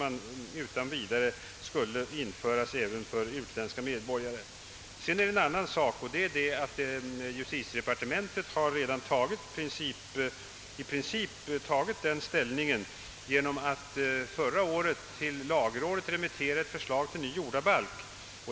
Då borde den kunna gälla även för utländska medborgare. En annan sak är att justitiedepartementet redan i princip har tagit ställning genom att förra året till lagrådet remittera förslag till ny jordabalk.